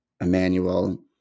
emmanuel